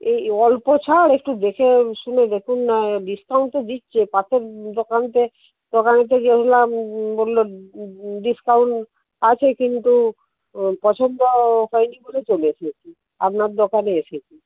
এই অল্প ছাড় একটু দেখে শুনে দেখুন না ডিসকাউন্ট তো দিচ্ছে পাশের দোকানকে দোকানে তো গেছিলাম বলল ডিসকাউন্ট আছে কিন্তু পছন্দ হয়নি বলে চলে এসেছি আপনার দোকানে এসেছি